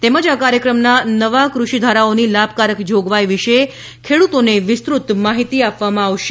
તેમજ આ કાર્યક્રમનાં નવા કૃષિધારાઓની લાભકારક જોગવાઈ વિશે ખેડૂતોને વિસ્તૃત માહિતી આપવામાં આવશે